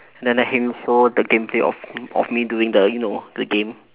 and then let him show the gameplay of of me doing the you know the game